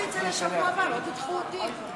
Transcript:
התוצאות הן 39 תומכים, 64 מתנגדים.